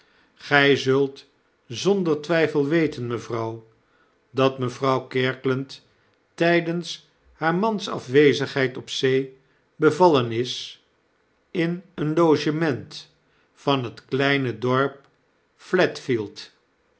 gij zult zonder twijfel weten mevrouw dat mevrouw kirkland tijdens haar mans afwezigheid op zee bevallen is in een logement van net kleine dorp